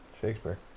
Shakespeare